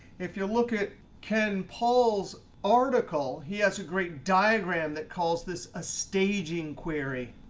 if you look at ken pohl's article, he has a great diagram that calls this a staging query.